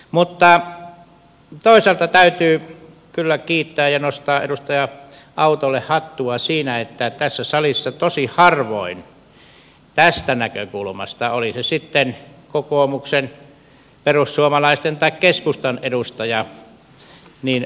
mutta toisaalta täytyy kyllä kiittää ja nostaa edustaja autolle hattua siinä että tässä salissa tosi harvoin tätä näkökulmaa nostetaan esille oli kyseessä sitten kokoomuksen perussuomalaisten tai keskustan edustaja